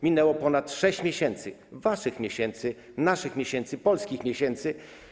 Minęło ponad 6 miesięcy, waszych miesięcy, naszych miesięcy, polskich miesięcy.